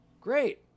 Great